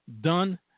done